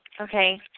Okay